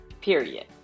period